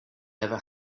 never